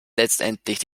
letztendlich